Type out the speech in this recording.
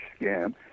scam